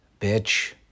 bitch